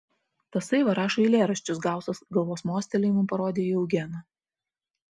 tasai va rašo eilėraščius gausas galvos mostelėjimu parodė į eugeną